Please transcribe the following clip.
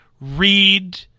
read